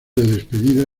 despedida